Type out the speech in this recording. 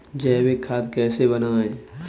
जैविक खाद कैसे बनाएँ?